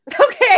okay